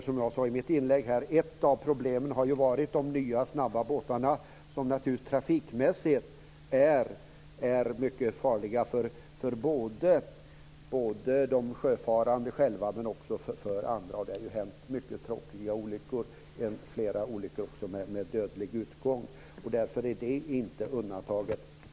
Som jag sade i mitt inlägg har ju ett av problemen varit de nya snabba båtarna, som naturligtvis trafikmässigt är mycket farliga för både de sjöfarande själva och för andra, och det har ju hänt mycket tråkiga olyckor, flera olyckor också med dödlig utgång, och därför är det inte undantaget.